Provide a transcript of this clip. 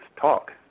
talk